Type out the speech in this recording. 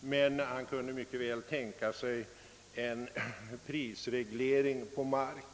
men han kunde mycket väl tänka sig en prisreglering på mark.